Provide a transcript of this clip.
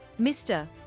Mr